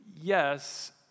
Yes